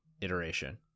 iteration